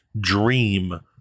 Dream